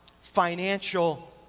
financial